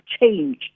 change